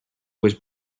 was